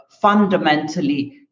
fundamentally